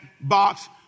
box